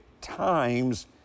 times